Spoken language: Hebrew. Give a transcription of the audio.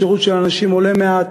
השירות של הנשים עולה מעט.